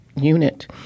unit